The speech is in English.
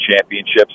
championships